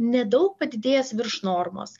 nedaug padidėjęs virš normos